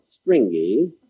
stringy